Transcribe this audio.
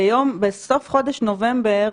בסוף חודש נובמבר